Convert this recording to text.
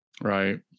Right